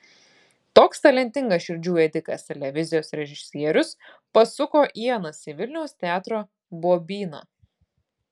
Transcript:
toks talentingas širdžių ėdikas televizijos režisierius pasuko ienas į vilniaus teatro bobyną